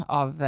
av